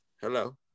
Hello